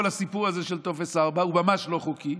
כל הסיפור הזה של טופס 4 הוא ממש לא חוקי,